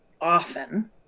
often